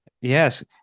Yes